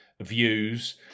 views